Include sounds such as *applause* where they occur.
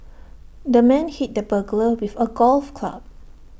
*noise* the man hit the burglar with A golf club